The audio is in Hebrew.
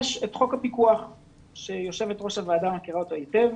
יש את חוק הפיקוח שיושבת ראש הוועדה מכירה אותו היטב